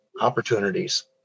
opportunities